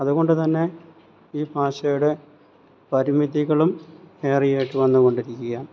അതുകൊണ്ട്തന്നെ ഈ ഭാഷയുടെ പരിമിതികളും ഏറെയായിട്ട് വന്നുകൊണ്ടിരിക്കുകയാണ്